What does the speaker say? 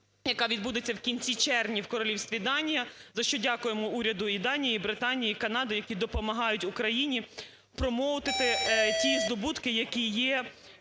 яка відбудеться в кінці червня в Королівстві Данія, за що дякуємо уряду і Данії, і Британії, і Канади, які допомагають Україні промоутити ті здобутки, які є,